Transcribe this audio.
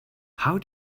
how